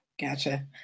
Gotcha